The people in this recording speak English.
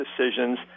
decisions